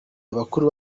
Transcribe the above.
abakuru